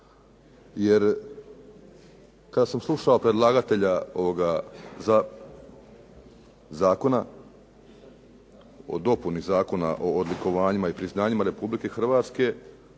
jer kad sam slušao predlagatelja ovoga Zakona o dopuni Zakona o odlikovanjima i priznanjima Republike Hrvatske